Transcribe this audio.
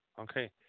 Okay